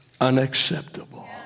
unacceptable